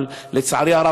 אבל לצערי הרב,